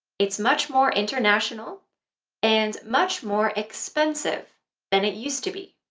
it's much more international and much more expensive than it used to be.